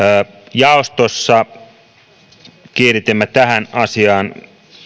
jaostossa kiinnitimme tähän asiaan